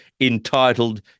entitled